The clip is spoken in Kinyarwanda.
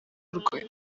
rwe